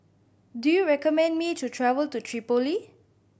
do you recommend me to travel to Tripoli